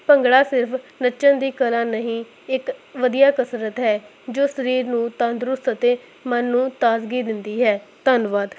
ਭੰਗੜਾ ਸਿਰਫ ਨੱਚਣ ਦੀ ਕਰਾਂ ਨਹੀਂ ਇੱਕ ਵਧੀਆ ਕਸਰਤ ਹੈ ਜੋ ਸਰੀਰ ਨੂੰ ਤੰਦਰੁਸਤ ਅਤੇ ਮਨ ਨੂੰ ਤਾਜ਼ਗੀ ਦਿੰਦੀ ਹੈ ਧੰਨਵਾਦ